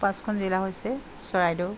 পাঁচখন জিলা হৈছে চৰাইদেউ